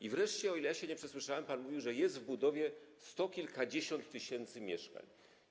I wreszcie, o ile się nie przesłyszałem, pan mówił, że jest w budowie sto kilkadziesiąt tysięcy mieszkań.